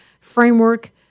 Framework